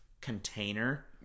container